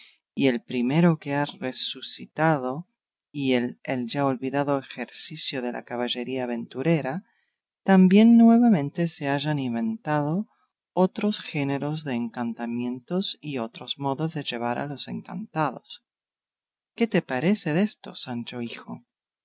y el primero que ha resucitado el ya olvidado ejercicio de la caballería aventurera también nuevamente se hayan inventado otros géneros de encantamentos y otros modos de llevar a los encantados qué te parece desto sancho hijo